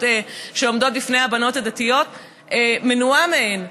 שעומדות בפני הבנות הדתיות מנועה מהן.